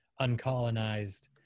uncolonized